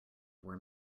were